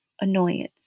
annoyance